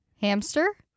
Hamster